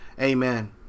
Amen